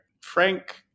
Frank